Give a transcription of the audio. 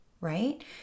right